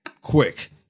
Quick